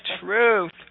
truth